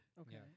Okay